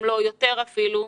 אם לא יותר אפילו,